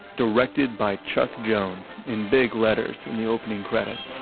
directed by chuck jones in big letters in the opening credits